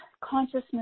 consciousness